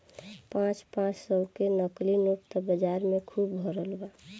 पाँच पाँच सौ के नकली नोट त बाजार में खुब भरल बा